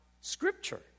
Scripture